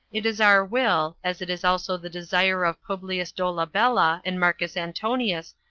it is our will, as it is also the desire of publius dolabella and marcus antonius,